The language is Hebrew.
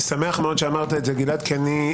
אני שמח מאוד שאמרת את זה גלעד, כי אני